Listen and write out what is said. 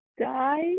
die